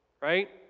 right